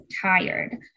tired